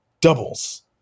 doubles